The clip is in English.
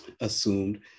assumed